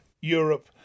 Europe